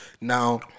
Now